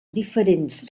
diferents